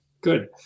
good